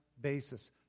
basis